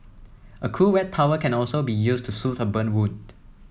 a cool wet towel can also be used to soothe a burn wound